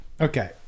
okay